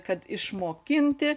kad išmokinti